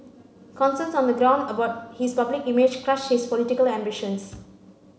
concerns on the ground about his public image crushed his political ambitions